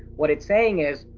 what it's saying is,